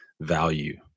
value